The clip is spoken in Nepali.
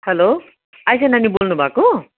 हेलो आइसा नानी बोल्नु भएको